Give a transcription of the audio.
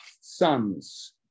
sons